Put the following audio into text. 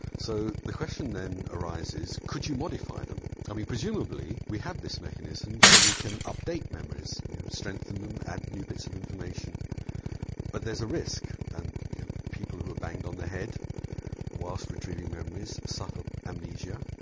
so the question then arises could you modify them? i mean presumably we have this mechanism so we can update memories, you know strengthen them, add new bits of information but there's a risk. and you know people who are banged on the head whilst retrieving memories suffer amnesia,